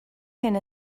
hyn